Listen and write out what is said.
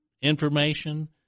information